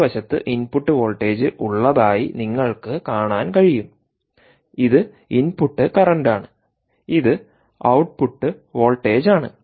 ഇടത് വശത്ത് input voltage ഉള്ളതായി നിങ്ങൾക്ക് കാണാൻ കഴിയും ഇത് ഇൻപുട്ട് കറന്റാണ് ഇത് ഔട്ട്പുട്ട് വോൾട്ടേജാണ്